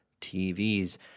TVs